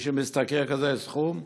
מי שמשתכר כזה סכום?